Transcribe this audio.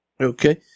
Okay